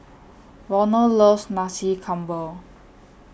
Ronald loves Nasi Campur